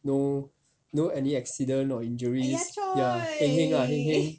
no no any accident or injury ya heng heng lah heng heng